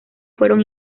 fueron